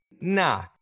Nah